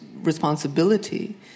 responsibility